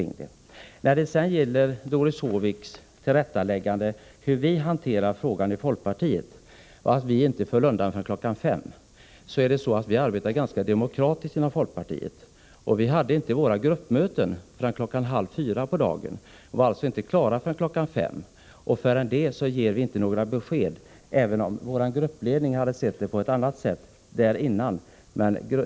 När det sedan gäller Doris Håviks ”tillrättaläggande” av hur vi hanterat frågan i folkpartiet, där hon sade att vi inte ”föll undan” förrän kl. 5, vill jag säga att vi arbetar ganska demokratiskt inom folkpartiet. Vi hade inte vårt gruppmöte förrän klockan halv 4 på eftermiddagen och var inte klara förrän kl. 5. Dessförinnan gav vi inte några besked, även om vår gruppledning skulle ha sett saken på ett annat sätt.